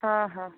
ହଁ ହଁ